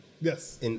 Yes